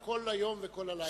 יהיו לך כל היום וכל הלילה לדבר.